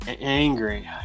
angry